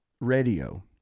radio